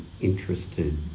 interested